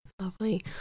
Lovely